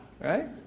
right